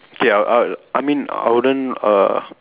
okay I'd I'd I mean I wouldn't uh